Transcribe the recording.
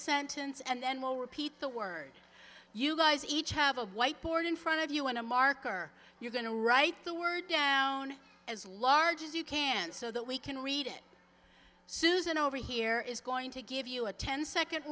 sentence and then we'll repeat the word you guys each have a white board in front of you and a marker you're going to write the word down as large as you can so that we can read it susan over here is going to give you a ten second